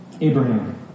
Abraham